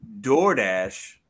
DoorDash